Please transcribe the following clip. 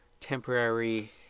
temporary